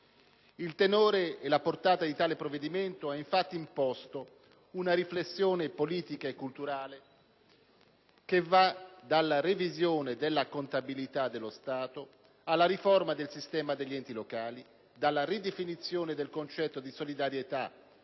Il tenore e la portata di tale provvedimento ha infatti imposto una riflessione politica e culturale, che va dalla revisione della contabilità dello Stato alle riforma del sistema degli enti locali, dalla ridefinizione del concetto di solidarietà